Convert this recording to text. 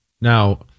Now